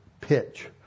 pitch